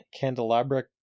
Candelabra